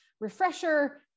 refresher